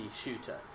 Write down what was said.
shooter